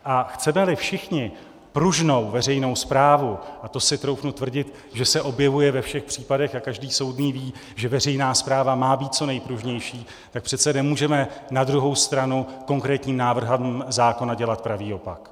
A chcemeli všichni pružnou veřejnou správu, a to si troufnu tvrdit, že se objevuje ve všech případech, a každý soudný ví, že veřejná správa má být co nejpružnější, tak přece nemůžeme na druhou stranu konkrétním návrhem zákona dělat pravý opak.